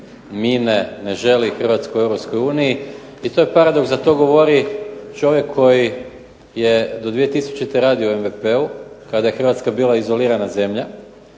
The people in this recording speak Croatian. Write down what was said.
mine, ne želi Hrvatsku u EU i to je paradoks da to govori čovjek koji je do 2000. u OMV-u kada je Hrvatska bila izolirana zemlja,